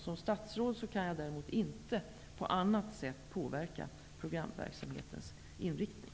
Som statsråd kan jag däremot inte på annat sätt påverka programverksamhetens inriktning.